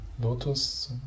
lotus